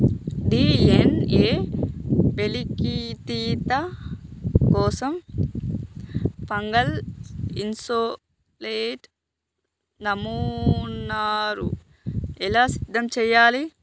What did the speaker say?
DNA వెలికితీత కోసం fungal isolate నమూనాను ఎలా సిద్ధం చెయ్యాలి?